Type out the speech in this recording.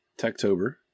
Techtober